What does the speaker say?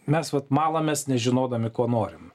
mes vat malamės nežinodami ko norim